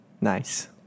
Nice